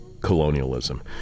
colonialism